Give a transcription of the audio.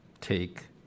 take